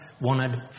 wanted